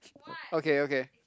okay okay